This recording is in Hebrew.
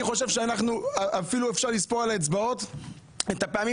אני חושב שאפשר לספור על האצבעות את הפעמים